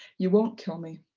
you won't kill me.